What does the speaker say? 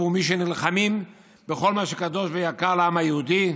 עבור מי שנלחמים בכל מה שקדוש ויקר לעם היהודי?